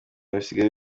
bisigaye